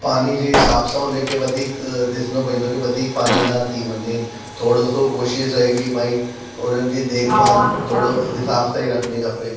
पानी जे हिसाब सां उनखे वधीक ॾिसणो पवंदो वधीक पाणी न थी वञे थोरो सो कोशिशि रहे की भई उन्हनि जी देखभालु थोरो हिसाब सां ई रखणी खपे